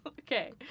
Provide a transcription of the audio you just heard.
Okay